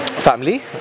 family